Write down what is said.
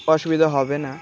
অসুবিধা হবে না